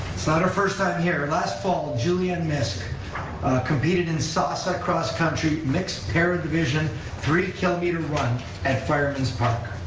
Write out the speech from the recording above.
it's not her first time here, last fall, julianne miszk competed in sossa cross country mixed para division three kilometer run at firemen's park.